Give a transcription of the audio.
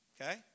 Okay